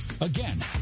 Again